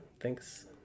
Thanks